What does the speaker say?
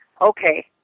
okay